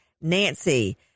nancy